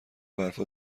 برفا